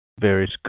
various